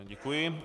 Děkuji.